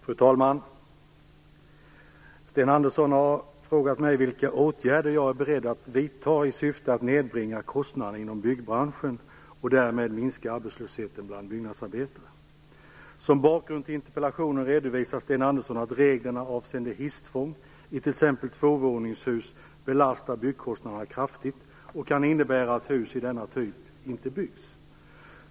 Fru talman! Sten Andersson har frågat mig vilka åtgärder jag är beredd att vidta i syfte att nedbringa kostnaderna inom byggbranschen och därmed minska arbetslösheten bland byggnadsarbetare. tvåvåningshus belastar byggkostnaderna kraftigt och kan innebära att hus av denna typ inte byggs.